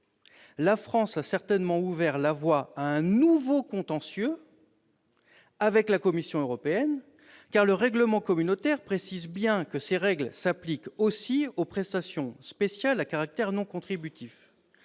la France a certainement ouvert la voie à un nouveau contentieux avec la Commission européenne, car le règlement communautaire précise bien que ces règles s'appliquent aussi aux prestations spéciales à caractère non contributif.